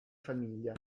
famiglia